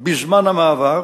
בזמן המעבר,